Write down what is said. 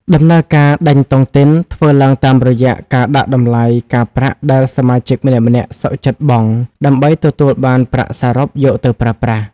ដំណើរការ "ដេញតុងទីន" ធ្វើឡើងតាមរយៈការដាក់តម្លៃការប្រាក់ដែលសមាជិកម្នាក់ៗសុខចិត្តបង់ ដើម្បីទទួលបានប្រាក់សរុបយកទៅប្រើប្រាស់។